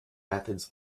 methods